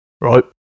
Right